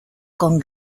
con